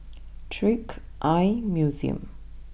Trick Eye Museum